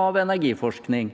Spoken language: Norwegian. av energiforskning?